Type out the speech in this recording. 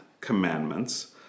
Commandments